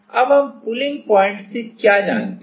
अब हम pulling point से क्या जानते हैं